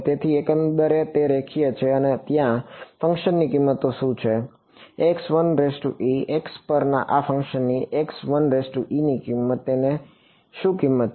તેથી એકંદરે તે રેખીય છે અને આ ફંક્શનની કિંમતો શું છે x પર આ ફંક્શનની કિંમત તેની કિંમત શું છે